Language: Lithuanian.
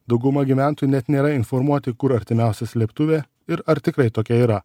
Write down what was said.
dauguma gyventojų net nėra informuoti kur artimiausia slėptuvė ir ar tikrai tokia yra